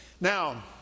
Now